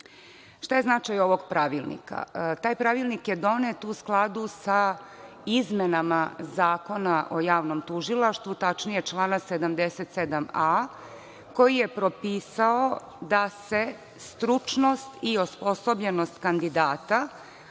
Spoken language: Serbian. je značaj ovog Pravilnika? Taj Pravilnik je donet u skladu sa izmenama Zakona o javnom tužilaštvu, tačnije člana 77.a koji je propisao da se stručnost i osposobljenost kandidata,